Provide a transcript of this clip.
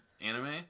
anime